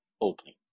opening